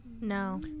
No